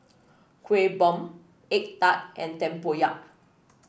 Kuih Bom egg tart and tempoyak